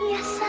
Yes